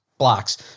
Blocks